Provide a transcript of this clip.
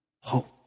hope